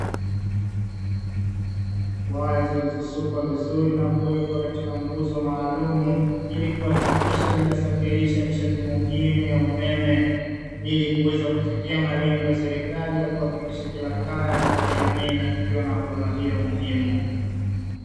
Waya zilizo sukwa vizuri na kuwekwa katika nguzo maalumu ili kuhakikisha linasafirisha nishati muhimu ya umeme, ili kuweza kufikia malengo ya serikali ya kuhakikisha kila kaya katika jamii inafikiwa na huduma hiyo muhimu.